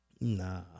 Nah